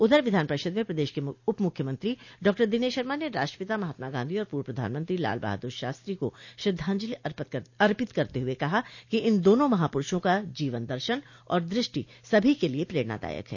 उधर विधान परिषद में प्रदेश के उपमुख्यमंत्री डॉ दिनेश शर्मा ने राष्ट्रपिता महात्मा गांधी और पूर्व प्रधानमंत्री लाल बहादुर शास्त्री को श्रद्धांजलि अर्पित करते हुये कहा कि इन दोनों महापुरूषों का जीवन दर्शन और दृष्टि सभी के लिये प्रेरणादायक है